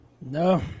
No